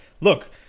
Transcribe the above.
Look